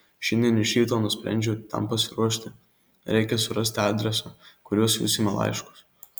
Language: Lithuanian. šiandien iš ryto nusprendžiau tam pasiruošti reikia surasti adresą kuriuo siųsime laiškus